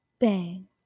bang